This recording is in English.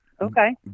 okay